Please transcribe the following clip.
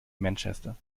manchester